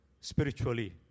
spiritually